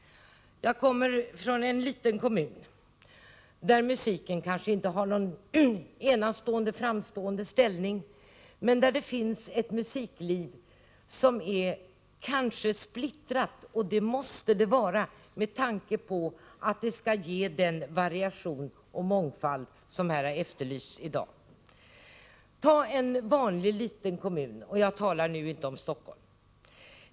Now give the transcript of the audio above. Jag kommer från en liten kommun där musiken kanske inte har någon exceptionellt framstående ställning men där det finns ett musikliv, om än splittrat. Det måste det vara med tanke på att det skall ge den variation och mångfald som har efterlysts i dag. Ta som exempel en vanlig liten kommun — jag talar nu inte om Stockholm.